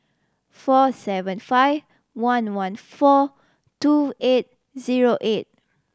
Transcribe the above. four seven five one one four two eight zero eight